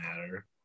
matter